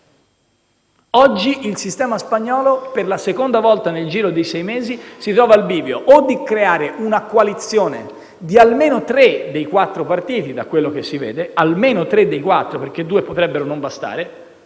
Oggi il sistema spagnolo, per la seconda volta nel giro di sei mesi, si trova al bivio: creare una coalizione di almeno tre dei quattro partiti, da quello che si vede, perché due potrebbero non bastare,